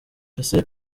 ese